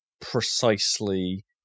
precisely